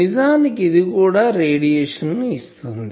నిజానికి ఇది కూడా రేడియేషన్ ను ఇస్తుంది